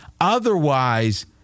Otherwise